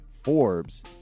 Forbes